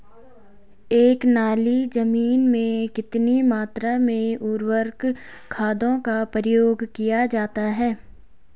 एक नाली जमीन में कितनी मात्रा में उर्वरक खादों का प्रयोग किया जाता है?